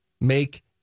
make